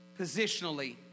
positionally